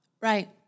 Right